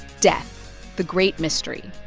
death the great mystery.